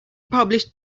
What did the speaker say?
published